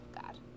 God